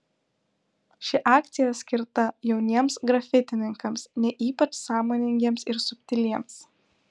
ši akcija skirta jauniems grafitininkams ne ypač sąmoningiems ir subtiliems